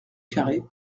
carré